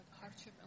hardship